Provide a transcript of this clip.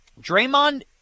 Draymond